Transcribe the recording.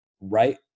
right